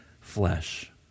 flesh